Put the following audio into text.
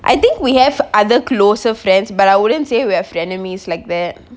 I think we have other closer friends but I wouldn't say we were friendnermies like that